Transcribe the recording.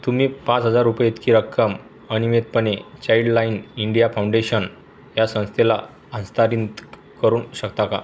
तुम्ही पाच हजार रुपये इतकी रक्कम अनिमितपणे चाइल्डलाइन इंडिया फाउंडेशन ह्या संस्थेला हस्तारित करून शकता का